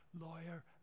lawyer